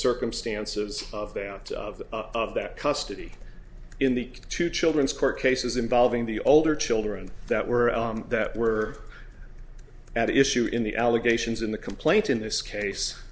circumstances of the out of that custody in the two children's court cases involving the older children that were that were at issue in the allegations in the complaint in this case